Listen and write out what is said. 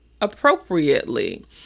appropriately